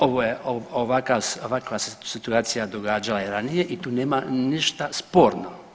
Ovo je, ovakva situacija se događala i ranije i tu nema ništa sporno.